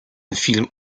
film